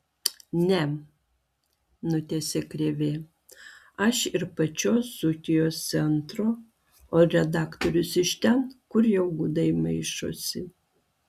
ne nutęsė krėvė aš ir pačios dzūkijos centro o redaktorius iš ten kur jau gudai maišosi